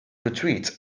retreat